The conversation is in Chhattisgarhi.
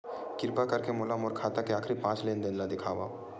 किरपा करके मोला मोर खाता के आखिरी पांच लेन देन देखाव